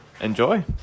enjoy